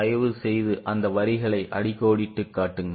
தயவுசெய்து அந்த வரிகளை அடிக்கோடிட்டுக் காட்டுங்கள்